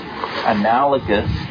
analogous